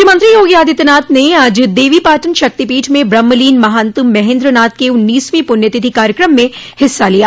मुख्यमंत्री योगी आदित्यनाथ ने आज देवीपाटन शक्तिपीठ में ब्रहमलीन महंत महेन्द्रनाथ के उन्नीसवीं पुण्यतिथि कार्यक्रम में भाग लिया